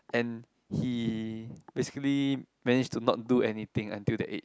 and he basically managed to not do anything until that age